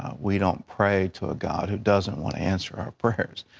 we don't pray to a god who doesn't want to answer our prayers.